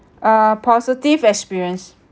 uh positive experience